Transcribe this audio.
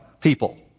people